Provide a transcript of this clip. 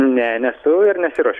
ne nesu ir nesiruošiu